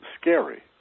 scary